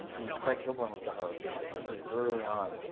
when craig kilborn was the host. so this was early on.